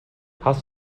hast